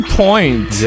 point